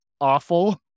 awful